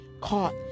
caught